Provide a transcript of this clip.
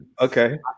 Okay